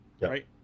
right